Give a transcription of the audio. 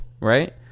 right